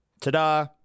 Ta-da